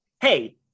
Hey